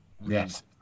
Yes